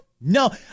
no